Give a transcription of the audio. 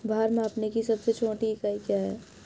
भार मापने की सबसे छोटी इकाई क्या है?